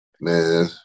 man